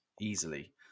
easily